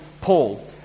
Paul